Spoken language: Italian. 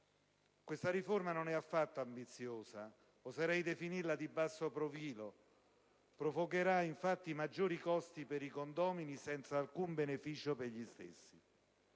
Questa riforma non è affatto ambiziosa: oserei definirla di basso profilo. Provocherà, infatti, maggiori costi per i condomini, senza alcun beneficio per gli stessi.